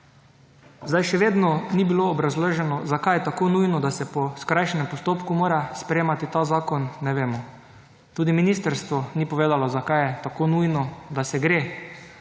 Zdaj še vedno ni bilo obrazloženo, zakaj je tako nujno, da se po skrajšanem postopku mora sprejemati ta zakon, ne vemo. Tudi ministrstvo ni povedalo, zakaj je tako nujno, da se gre